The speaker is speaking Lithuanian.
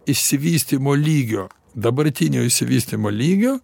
išsivystymo lygio dabartinio išsivystymo lygio